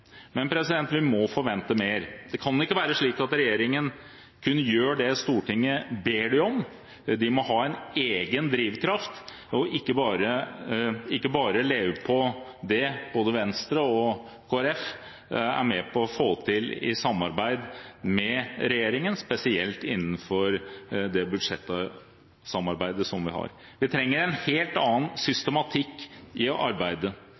Men vi må forvente mer. Regjeringen skal ikke kun gjøre det Stortinget ber dem om. De må ha en egen drivkraft og ikke bare leve på det som både Venstre og Kristelig Folkeparti er med på å få til i samarbeid med regjeringen, spesielt innenfor det budsjettsamarbeidet vi har. Vi trenger en helt annen systematikk i